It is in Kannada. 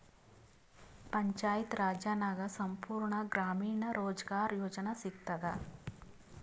ಪಂಚಾಯತ್ ರಾಜ್ ನಾಗ್ ಸಂಪೂರ್ಣ ಗ್ರಾಮೀಣ ರೋಜ್ಗಾರ್ ಯೋಜನಾ ಸಿಗತದ